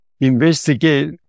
investigate